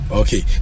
okay